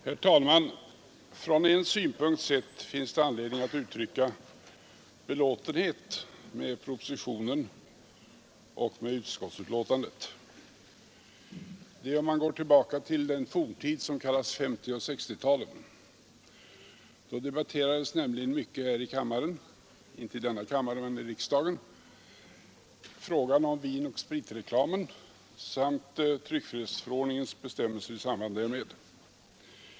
Herr talman! Från en synpunkt sett finns det anledning att uttrycka belåtenhet med propositionen och med utskottsbetänkandet om man går tillbaka till den forntid som kallas 1950 och 1960-talen. Då debatterades nämligen mycket här i riksdagen frågan om vinoch spritreklamen samt tryckfrihetsförordningens bestämmelser i samband därmed.